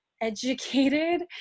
educated